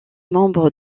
membre